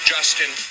Justin